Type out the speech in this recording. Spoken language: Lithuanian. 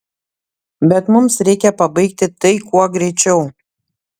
bet mums reikia pabaigti tai kuo greičiau